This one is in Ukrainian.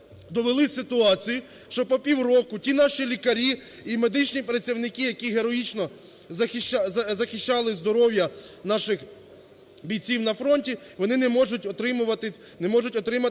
довели ситуацію, що по півроку ті наші лікарі і медичні працівники, які героїчно захищали здоров'я наших бійців на фронті, вони не можуть отримувати…